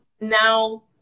now